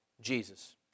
Jesus